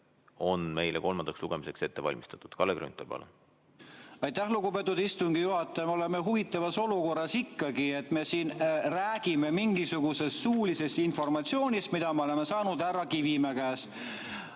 on meile kolmandaks lugemiseks ette valmistatud. Kalle Grünthal, palun! Aitäh, lugupeetud istungi juhataja! Me oleme huvitavas olukorras ikkagi. Me siin räägime mingisugusest suulisest informatsioonist, mida me oleme saanud härra Kivimäe käest.